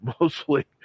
mostly